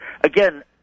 again